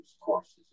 courses